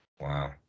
Wow